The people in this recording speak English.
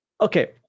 okay